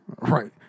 Right